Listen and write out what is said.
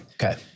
Okay